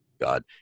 God